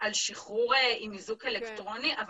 על שחרור עם איזוק אלקטרוני?